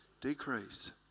decrease